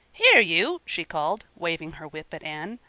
here, you, she called, waving her whip at anne.